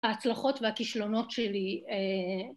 ‫ההצלחות והכישלונות שלי.